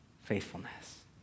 faithfulness